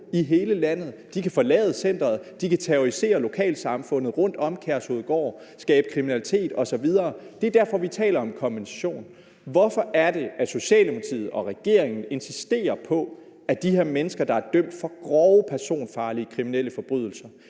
i hele landet. De kan forlade centeret; de kan terrorisere lokalsamfundet rundt om Kærshovedgård; de kan skabe kriminalitet osv. Det er derfor, vi taler om kompensation. Hvorfor er det, at Socialdemokratiet og regeringen insisterer på, at de her mennesker, der er dømt for grove, personfarlige forbrydelser